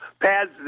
pads